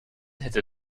hätte